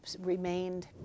remained